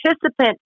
participant